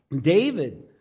David